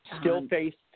Still-faced